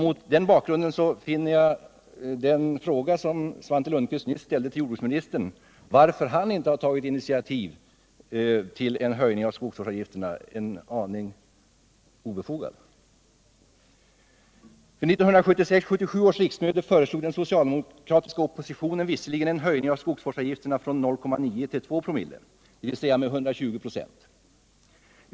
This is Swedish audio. Mot den bakgrunden finner jag den fråga som Svante Lundkvist nyss ställde till jordbruksministern om varför denne inte tagit initiativ till en höjning av skogsvårdsavgifterna en aning obefogad. Vid 1976 00, dvs. med 120 96.